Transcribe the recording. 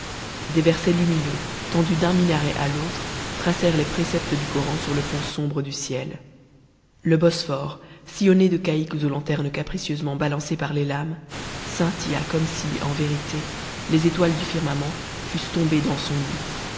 des versets lumineux tendus d'un minaret à l'autre tracèrent les préceptes du koran sur le fond sombre du ciel le bosphore sillonné de caïques aux lanternes capricieusement balancées par les lames scintilla comme si en vérité les étoiles du firmament fussent tombées dans son lit